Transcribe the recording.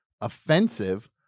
offensive